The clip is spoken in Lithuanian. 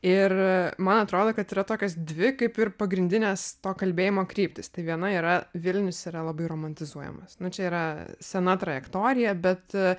ir man atrodo kad yra tokios dvi kaip ir pagrindinės to kalbėjimo kryptys tai viena yra vilnius yra labai romantizuojamas nu čia yra sena trajektorija bet